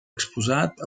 exposat